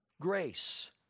grace